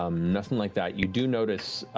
um nothing like that. you do notice